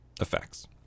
effects